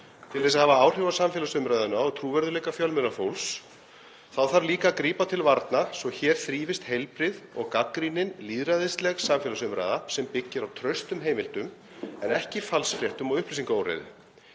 til að hafa áhrif á samfélagsumræðuna á trúverðugleika fjölmiðlafólks, þá þarf líka að grípa til varna svo hér þrífist heilbrigð og gagnrýnin lýðræðisleg samfélagsumræða sem byggir á traustum heimildum en ekki falsfréttum og upplýsingaóreiðu.